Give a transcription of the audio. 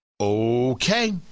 Okay